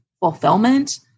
fulfillment